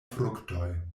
fruktoj